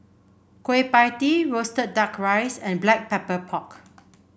Kueh Pie Tee roasted duck rice and Black Pepper Pork